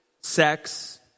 sex